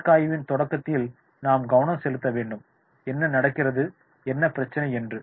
வழக்காய்வின் தொடக்கத்தில் நாம் கவனம் செலுத்த வேண்டும் என்ன நடக்கிறது என்ன பிரச்சினை என்று